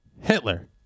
Hitler